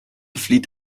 flieht